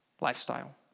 lifestyle